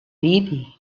ridi